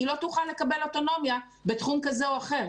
היא לא תוכל לקבל אוטונומיה בתחום כזה או אחר.